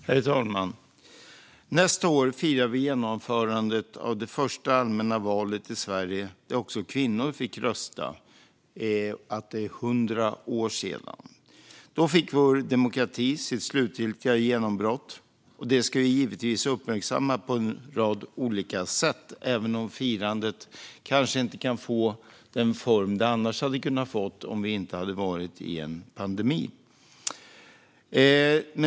Herr talman! Nästa år firar vi att det är 100 år sedan genomförandet av det första allmänna valet i Sverige där också kvinnor fick rösta. Då fick vår demokrati sitt slutgiltiga genombrott, och det ska vi givetvis uppmärksamma på olika sätt även om firandet kanske inte kan få den form det hade kunnat få om vi inte hade varit i en pandemi.